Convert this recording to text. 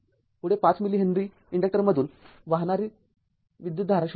पुढे ५ millihenry inductor मधून वाहणारी विद्युतधारा शोधा